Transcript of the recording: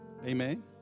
Amen